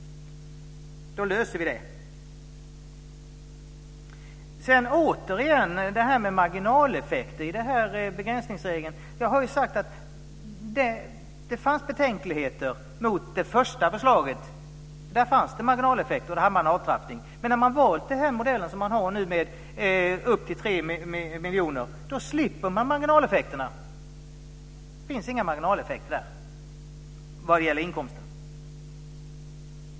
Då löser vi det. Sedan har vi återigen detta med marginaleffekter i begränsningsregeln. Jag har sagt att det fanns betänkligheter mot det första förslaget. Där fanns det marginaleffekter, och där hade man en avtrappning. Men när man har valt modellen med upp till 3 miljoner slipper man marginaleffekterna. Det finns inga marginaleffekter där vad gäller inkomsten.